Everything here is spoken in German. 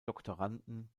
doktoranden